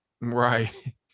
Right